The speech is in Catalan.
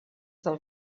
del